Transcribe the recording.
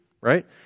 Right